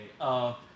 Okay